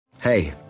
Hey